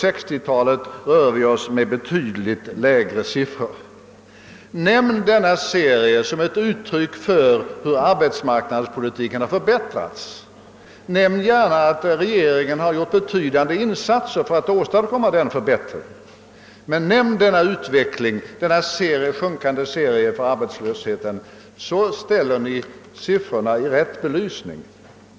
På 1960-talet rör vi oss med betydligt lägre siffror. Nämn denna serie såsom ett uttryck för hur arbetsmarknadspolitiken har förbättrats! Nämn gärna också att regeringen har gjort betydande insatser för att åstadkomma den förbättringen, men nämn denna utveckling, denna sjunkande serie för arbetslösheten! Då ställer ni siffrorna i riktig belysning.